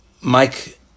Mike